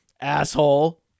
Asshole